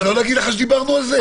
אז לא נגיד לך שדיברנו על זה?